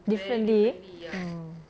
differently mm